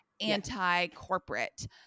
anti-corporate